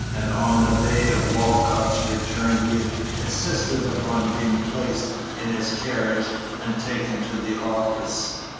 and on the day of walcott's return he insisted upon being placed in his carriage and taken to the office.